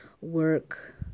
work